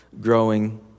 growing